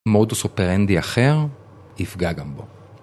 מודוס אופרנדי אחר? יפגע גם בו.